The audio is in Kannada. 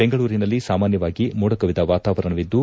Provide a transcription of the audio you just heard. ಬೆಂಗಳೂರಿನಲ್ಲಿ ಸಾಮಾನ್ಯವಾಗಿ ಮೋಡ ಕವಿದ ವಾತಾವರಣವಿದ್ದು